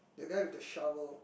the guy with the shovel